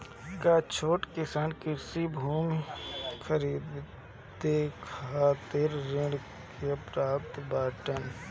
का छोट किसान कृषि भूमि खरीदे खातिर ऋण के पात्र बाडन?